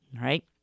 right